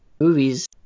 movies